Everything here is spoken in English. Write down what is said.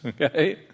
okay